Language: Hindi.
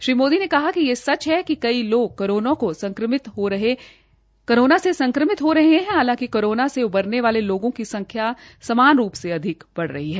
श्री मोदी ने कहा कि यह सच है कि कई लोग कोरोना को संक्रमित हो रहे है हालांकि कोरोना से उबरने वाले लोगों की संख्या समान रूप से अधिक है